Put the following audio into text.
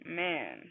man